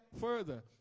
further